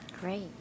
Great